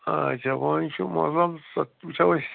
آچھا وۄنۍ چھُ مطلب سُہ وٕچھو أسۍ